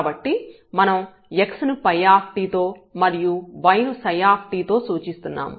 కాబట్టి మనం x ను ∅ తో మరియు y ను ψ తో సూచిస్తున్నాము